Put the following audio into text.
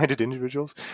individuals